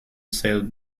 sailed